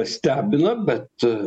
stebina bet